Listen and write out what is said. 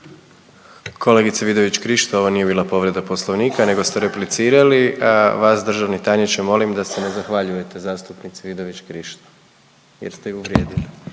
Kolegice Vidović Krišto, ovo nije bila povreda Poslovnika nego ste replicirali, a vas državni tajniče molim da se ne zahvaljujete zastupnici Vidović Krišto jer ste ju uvrijedili.